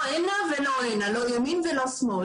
- לא הנה ולא הנה, לא ימין ולא שמאל.